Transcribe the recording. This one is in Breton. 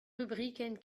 rubrikenn